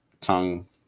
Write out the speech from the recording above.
tongue